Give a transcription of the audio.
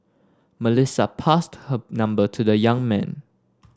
Melissa passed her number to the young man